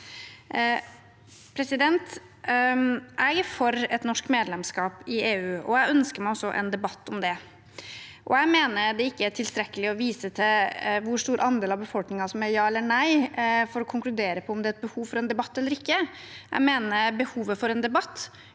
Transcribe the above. ammunisjon. Jeg er for et norsk medlemskap i EU, og jeg ønsker meg også en debatt om det. Jeg mener det ikke er tilstrekkelig å vise til hvor stor andel av befolkningen som sier ja eller nei, for å konkludere på om det er behov for en debatt eller ikke. Jeg mener behovet for en debatt